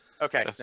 Okay